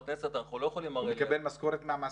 הוא מקבל משכורת מהמעסיק.